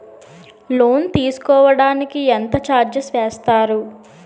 Loan తీసుకోడానికి ఎంత charges వేస్తారు?